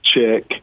check